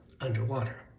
underwater